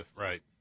right